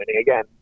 Again